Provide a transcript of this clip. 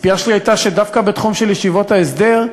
הציפייה שלי הייתה שדווקא בתחום של ישיבות ההסדר,